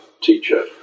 teacher